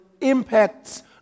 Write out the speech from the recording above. impacts